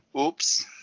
oops